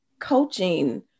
coaching